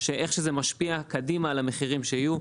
שאיך שזה משפיע קדימה על המחירים שיהיו.